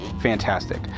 fantastic